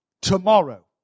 tomorrow